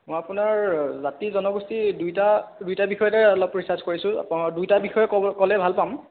মই আপোনাৰ জাতি জনগোষ্ঠী দুইটা দুইটা বিষয়তে অলপ ৰিছাৰ্চ কৰিছোঁ দুইটা বিষয়ে ক'লে অলপ ভাল পাম